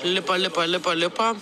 lipa lipa lipa lipa